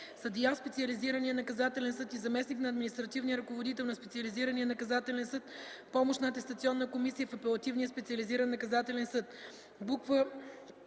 съдия в специализирания наказателен съд и заместник на административния ръководител на специализирания наказателен съд – помощна атестационна комисия в апелативния специализиран наказателен съд; г)